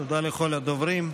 תודה לכל הדוברים.